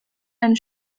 and